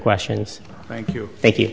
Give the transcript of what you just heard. questions thank you thank you